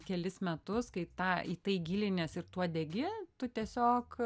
kelis metus kai tą į tai giliniesi ir tuo degi tu tiesiog